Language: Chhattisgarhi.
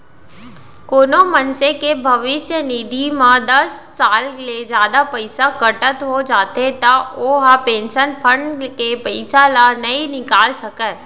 कोनो मनसे के भविस्य निधि म दस साल ले जादा पइसा कटत हो जाथे त ओ ह पेंसन फंड के पइसा ल नइ निकाल सकय